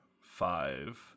five